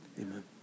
Amen